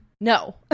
no